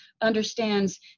understands